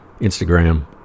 Instagram